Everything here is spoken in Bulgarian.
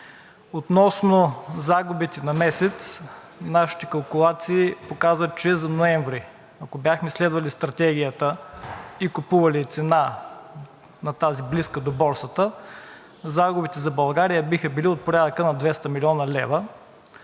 Относно загубите на месец, нашите калкулации показват, че за ноември, ако бяхме следвали стратегията и купували на цена на тази, близка до борсата, загубите за България биха били от порядъка на 200 млн. лв.